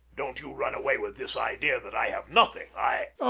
don't you run away with this idea that i have nothing. i